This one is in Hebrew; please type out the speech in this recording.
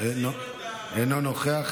אינו נוכח.